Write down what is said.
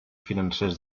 financers